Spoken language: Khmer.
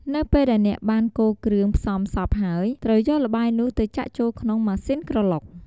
នៅពេលដែលអ្នកបានកូរគ្រឿងផ្សំសព្វហើយ ត្រូវយកល្បាយនោះទៅចាក់ចូលក្នុង ម៉ាស៊ីនក្រឡុក។